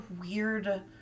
weird